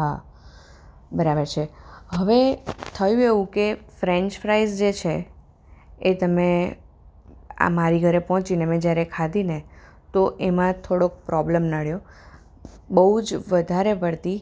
હા બરાબર છે હવે થયું એવું કે ફ્રેંચ ફ્રાઇસ જે છે એ તમે આ મારી ઘરે પહોંચીને મેં જ્યારે ખાધી ને તો એમાં થોડોક પ્રોબ્લેમ નડ્યો બહુ જ વધારે પડતી